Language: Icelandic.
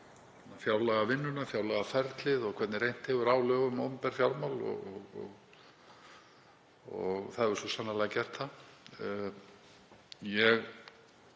fjárlagavinnuna, fjárlagaferlið og hvernig reynt hefur á lög um opinber fjármál og það hefur svo sannarlega gert það. Ég